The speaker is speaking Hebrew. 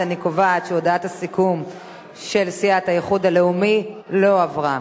1. אני קובעת שהודעת הסיכום של סיעת האיחוד הלאומי לא עברה.